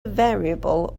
variable